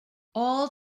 all